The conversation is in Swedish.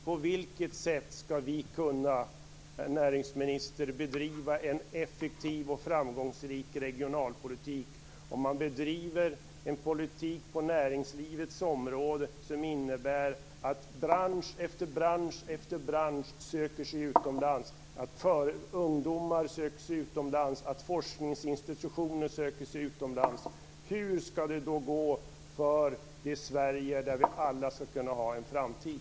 På vilket sätt skall vi kunna, näringsministern, bedriva en effektiv och framgångsrik regionalpolitik om man på näringslivets område bedriver en politik som innebär att bransch efter bransch söker sig utomlands, ungdomar och forskningsinstitutioner söker sig utomlands? Hur skall det gå för det Sverige där vi alla skall kunna ha en framtid?